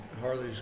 Harley's